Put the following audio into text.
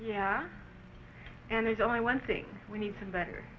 yeah and there's only one thing we need to better